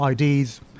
IDs